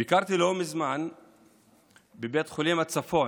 ביקרתי לא מזמן בבית חולים הצפון,